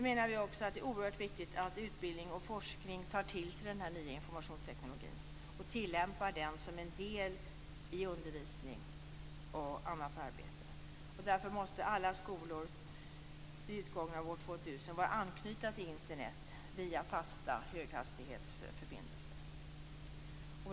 Vi menar också att det är oerhört viktigt att utbildning och forskning tar till sig den nya informationstekniken och tillämpar den som en del i undervisning och annat arbete. Därför måste alla skolor vid utgången av år 2000 vara anknutna till Internet via fasta höghastighetsförbindelser.